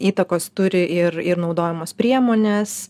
įtakos turi ir ir naudojamos priemonės